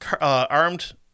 armed